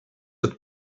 that